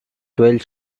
twelve